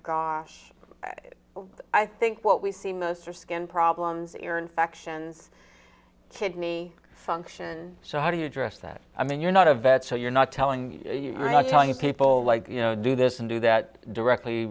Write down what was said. i think what we see most are skin problems ear infections kidney function so how do you address that i mean you're not a vet so you're not telling you you're not telling people like you know do this and do that directly